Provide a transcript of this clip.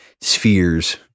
spheres